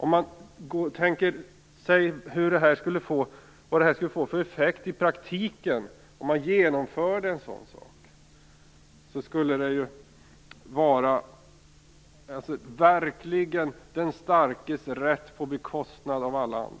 Man kan ju tänka sig vilka effekter ett genomförande av en sådan sak i praktiken får. Det skulle verkligen handla om den starkes rätt på alla andras bekostnad.